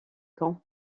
camps